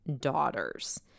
daughters